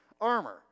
armor